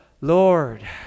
Lord